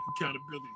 accountability